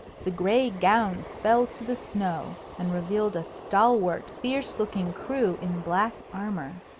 the gray gowns fell to the snow, and revealed a stalwart, fierce-looking crew in black armour.